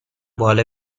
باله